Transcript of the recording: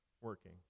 working